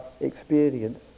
experience